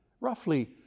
roughly